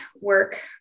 work